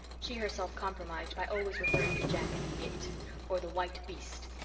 she herself compromised by always referring to jack as it or the white beast,